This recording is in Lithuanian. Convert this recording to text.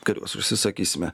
kuriuos užsisakysime